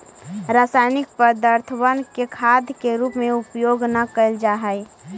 रासायनिक पदर्थबन के खाद के रूप में उपयोग न कयल जा हई